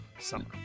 summer